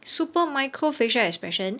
super microscopic facial expression